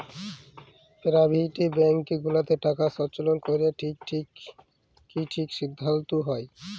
private bank গুলাতে টাকা সল্চয় ক্যরা কি ঠিক সিদ্ধাল্ত হ্যয়